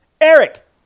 Eric